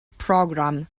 program